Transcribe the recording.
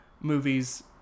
movies